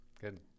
Good